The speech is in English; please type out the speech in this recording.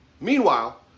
meanwhile